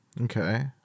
Okay